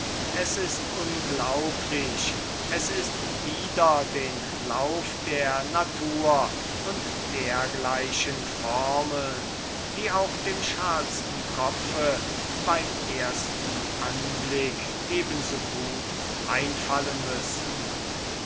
es ist unglaublich es ist wider den lauf der natur und dergleichen formeln die auch dem schalsten kopfe beim ersten anblick eben so gut einfallen mußten